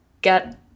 get